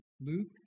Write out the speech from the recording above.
Luke